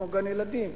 כמו גן-ילדים,